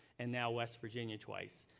and now west virginia twice.